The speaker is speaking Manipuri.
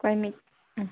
ꯎꯝ